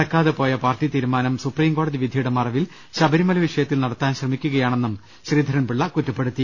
നടക്കാതെ പോയ പാർട്ടി തീരുമാനം സുപ്രീം കോടതി വിധിയുടെ മറവിൽ ശബരിമല വിഷയത്തിൽ നടത്താൻ ശ്രമിക്കുകയാണെന്നും ശ്രീധരൻപിള്ള കുറ്റപ്പെടുത്തി